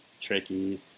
tricky